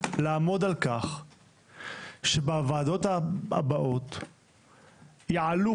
לעמוד על כך שבוועדות הבאות יעלו